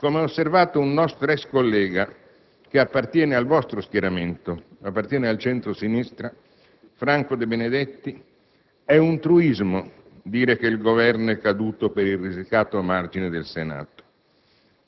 Come ha osservato un nostro ex collega che appartiene allo schieramento di centro-sinistra, Franco Debenedetti: «È un truismo dire che il Governo è caduto per il risicato margine del Senato.